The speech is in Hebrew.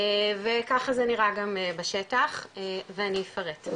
וככה זה נראה גם בשטח ואני אפרט.